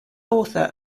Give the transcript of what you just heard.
author